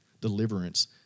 deliverance